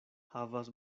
havas